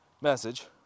message